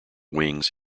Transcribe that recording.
wings